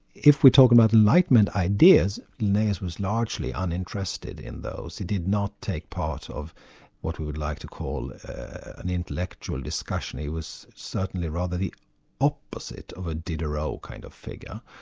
if we talk about enlightenment ideas, linnaeus was largely uninterested in those. he did not take part in what we would like to call and intellectual discussion, he was certainly rather the opposite of a diderot kind of figure.